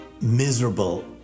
miserable